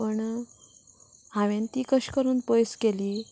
पण हांवेन ती कशी करून पयस केली